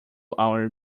our